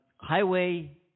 Highway